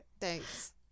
Thanks